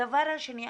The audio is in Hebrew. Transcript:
הדבר השני,